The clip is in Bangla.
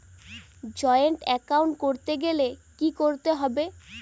জয়েন্ট এ্যাকাউন্ট করতে গেলে কি করতে হবে?